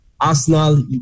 Arsenal